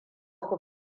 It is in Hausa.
ku